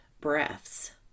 breaths